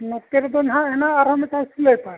ᱱᱚᱛᱮ ᱨᱮᱫᱚ ᱱᱟᱦᱟᱜ ᱦᱮᱱᱟᱜᱼᱟ ᱟᱨ ᱦᱚᱸ ᱢᱤᱫᱴᱟᱝ ᱥᱤᱞᱟᱹᱭᱯᱟᱴ